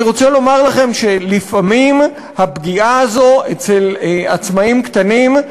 אני רוצה לומר לכם שלפעמים הפגיעה הזאת בעצמאים קטנים,